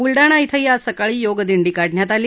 ब्लडाणा श्रीही आज सकाळी योग दिंडी काढण्यात आली